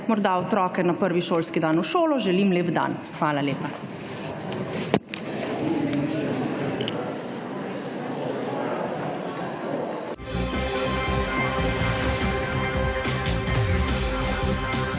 morda otroke na prvi šolski dan v šolo, želim lep dan. Hvala lepa.